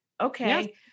Okay